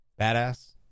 Badass